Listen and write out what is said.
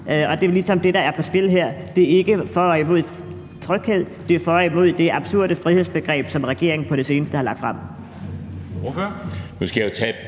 Det er ligesom det, der er på spil her. Det er ikke for eller imod tryghed – det er for eller imod det absurde frihedsbegreb, som regeringen på det seneste har lagt frem.